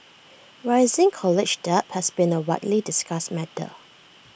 rising college debt has been A widely discussed matter